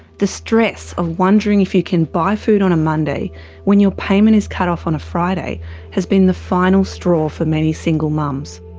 the stress of wondering if you can buy food on a monday when your payment is cut off on a friday has been the final straw for many single mums.